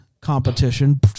competition